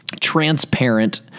transparent